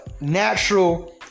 natural